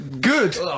Good